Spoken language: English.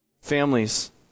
Families